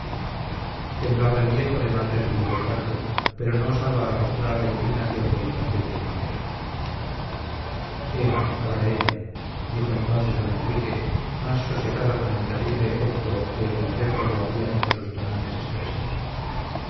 temblaba el viejo de mal reprimido coraje pero no osaba arrostrar la indignación del impaciente villena ea abrahem dijo entonces don enrique más sosegado con el terrible efecto que en el réprobo habían hecho sus tonantes expresiones